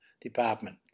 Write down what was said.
Department